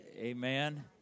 Amen